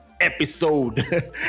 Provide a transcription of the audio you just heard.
episode